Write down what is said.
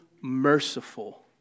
merciful